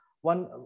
one